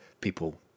people